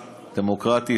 דמוקרטית,